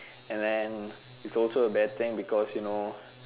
and then is also a bad thing because you know